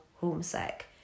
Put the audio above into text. homesick